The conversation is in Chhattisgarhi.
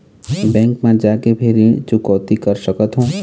बैंक मा जाके भी ऋण चुकौती कर सकथों?